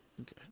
Okay